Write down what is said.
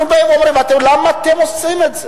אנחנו באים ואומרים: למה אתם עושים את זה?